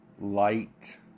light